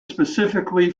specifically